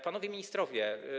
Panowie Ministrowie!